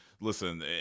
Listen